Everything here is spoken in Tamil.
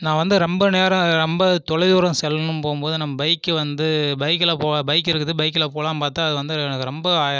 நான் வந்து ரொம்ப நேரம் ரொம்ப தொலைதூரம் செல்லணும் போகும்போது நம்ம பைக் வந்து பைக்கில் போக பைக் இருக்குது பைக்கில் போகலான்னு பார்த்தா அது வந்து ரொம்ப